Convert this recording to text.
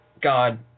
God